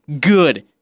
good